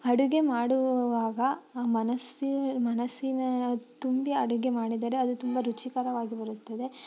ಅಡುಗೆ ಮಾಡುವಾಗ ಮನಸ್ಸಿನ ಮನಸ್ಸಿನ ತುಂಬಿ ಅಡುಗೆ ಮಾಡಿದರೆ ಅದು ತುಂಬ ರುಚಿಕರವಾಗಿ ಬರುತ್ತದೆ